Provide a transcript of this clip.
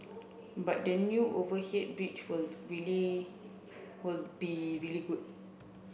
but the new overhead bridge will really will be really good